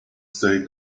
stay